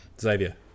Xavier